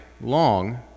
long